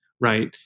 right